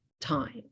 time